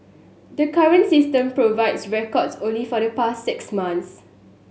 the current system provides records only for the past six months